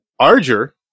Arger